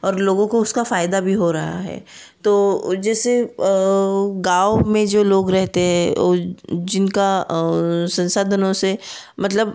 और लोगों का उसका फ़ायदा भी हो रहा है तो जैसे गाँव में जो लोग रहते हैं वो जिनका संसाधनों से मतलब